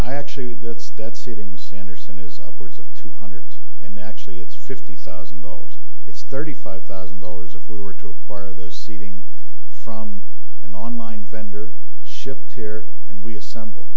i actually that's that sitting mr anderson is upwards of two hundred and that actually it's fifty thousand dollars it's thirty five thousand dollars if we were to acquire the seating from an online vendor ship here and we assemble